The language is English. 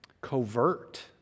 covert